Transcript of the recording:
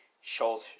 shows